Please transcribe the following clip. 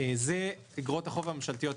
הגרף שלפינכם הוא על אגרות החוב הממשלתיות,